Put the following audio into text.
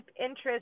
interest